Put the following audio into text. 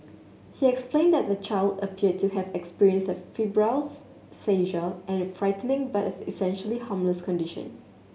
he explained that the child appeared to have experienced a febrile seizure and a frightening but essentially harmless condition